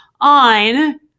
on